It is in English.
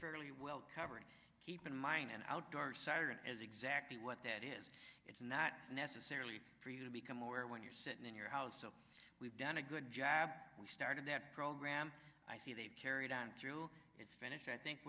fairly well covered keep in mind an outdoor siren is exactly what that is it's not necessarily going to become aware when you're sitting in your house so we've done a good job we started that program i see they've carried on through its finish i think